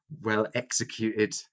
well-executed